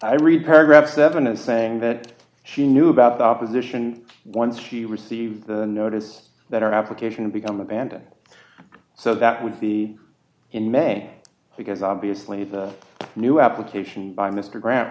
i read paragraph seven a saying that she knew about the opposition once she received the notice that her application to become abandoned so that would be in may because obviously the new application by mr grant